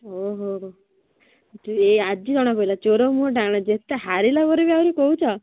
ଓହୋ ଏ ଆଜି ଜଣା ପଡ଼ିଲା ଚୋର ମୁହଁ ଟାଣ ଯେତେ ହାରିଲା ପରେ ବି ଆହୁରି କହୁଛ